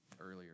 earlier